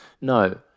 No